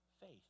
faith